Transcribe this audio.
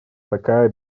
такая